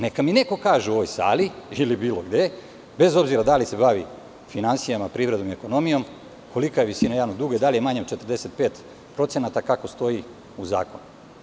Neka mi neko kaže u ovoj sali ili bilo gde, bez obzira da li se bavi finansijama, privredom ili ekonomijom, kolika je visina javnog duga, da li je manja od 45%, kako stoji u zakonu?